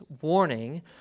warning